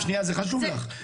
שנייה זה חשוב לך,